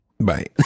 Bye